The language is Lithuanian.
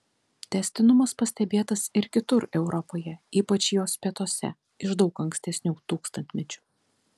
tęstinumas pastebėtas ir kitur europoje ypač jos pietuose iš daug ankstesnių tūkstantmečių